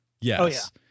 Yes